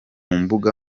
mbuga